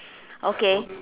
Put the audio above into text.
okay